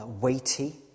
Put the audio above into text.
weighty